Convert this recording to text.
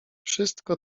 wszystko